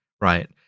right